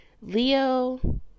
Leo